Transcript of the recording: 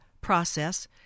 process